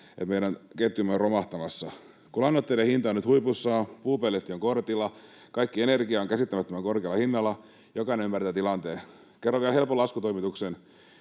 että meidän ketjumme on romahtamassa. Kun lannoitteiden hinta on nyt huipussaan, puupelletti on kortilla, kaikki energia on käsittämättömän korkealla hinnalla, jokainen ymmärtää tilanteen. Kerron vielä helpon laskutoimituksen: